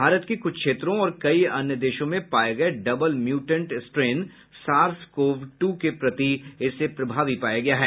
भारत के कुछ क्षेत्रों और कई अन्य देशों में पाए गए double mutant strain SARS CoV two के प्रति इसे प्रभावी पाया गया है